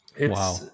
Wow